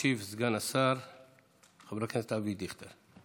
ישיב סגן השר חבר הכנסת אבי דיכטר.